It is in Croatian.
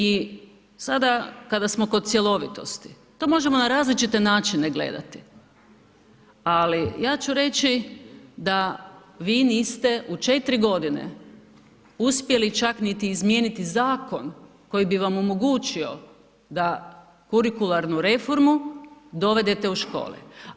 I sada kada smo kod cjelovitosti, to možemo na različite gledati, ali ja ću reći da vi niste u četiri godine uspjeli čak niti izmijeniti zakon koji bi vam omogućio da kurikularnu reformu dovedete u škole.